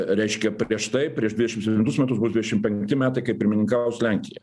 reiškia prieš tai prieš dvidešim septintus metus bus dvidešim penkti metai kai pirmininkaus lenkija